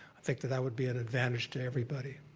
i think that that would be an advantage to everybody.